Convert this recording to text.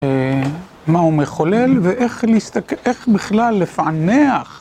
מה הוא מחולל ואיך בכלל לפענח?